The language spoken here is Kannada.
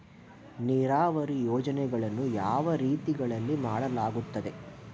ನೀರಾವರಿ ಯೋಜನೆಗಳನ್ನು ಯಾವ ರೀತಿಗಳಲ್ಲಿ ಮಾಡಲಾಗುತ್ತದೆ?